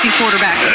quarterback